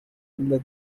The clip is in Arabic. إلا